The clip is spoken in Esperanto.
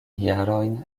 jarojn